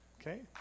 Okay